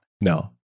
no